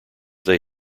they